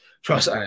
Trust